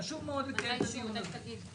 חשוב מאוד לקיים את הדיון הזה.